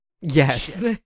Yes